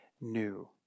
new